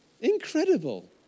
Incredible